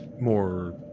more